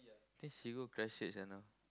think she go crush shirt just now